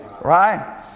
right